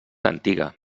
antiga